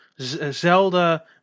Zelda